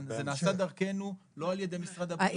זה נעשה דרכנו, לא על ידי משרד הבריאות.